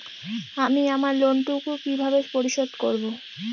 আমি আমার লোন টুকু কিভাবে পরিশোধ করব?